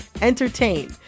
entertain